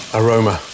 aroma